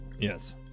Yes